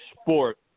sport